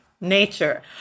nature